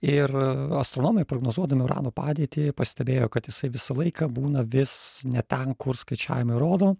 ir astronomai prognozuodami urano padėtį pastebėjo kad jisai visą laiką būna vis ne ten kur skaičiavimai rodo